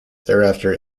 thereafter